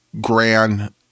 grand